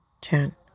Chan